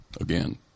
Again